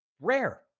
Rare